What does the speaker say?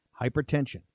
Hypertension